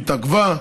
התעכבה.